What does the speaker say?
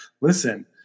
listen